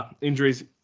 injuries